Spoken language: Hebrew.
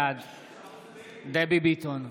בעד דבי ביטון,